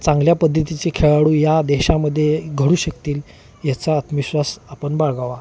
चांगल्या पद्धतीचे खेळाडू या देशामध्ये घडू शकतील याचा आत्मविश्वास आपण बाळगावा